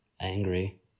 angry